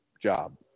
job